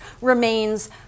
remains